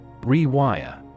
Rewire